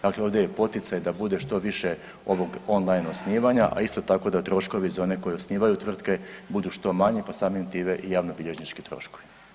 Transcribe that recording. Dakle, ovdje je poticaj da bude što više ovog online osnivanja, a isto tako da troškovi za one koji osnivaju tvrtke budu što manji, pa samim time i javnobilježnički troškovi.